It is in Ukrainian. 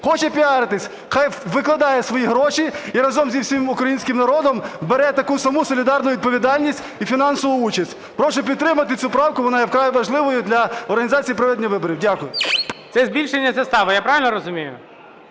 Хоче піаритися – хай викладає свої гроші і разом з усім українським народом бере таку саму солідарну відповідальність і фінансову участь. Прошу підтримати цю правку, вона є вкрай важливою для організації проведення виборів. Дякую. ГОЛОВУЮЧИЙ. Це збільшення застави, я правильно розумію?